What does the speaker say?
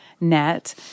net